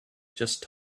just